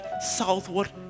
southward